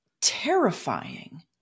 terrifying